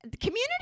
community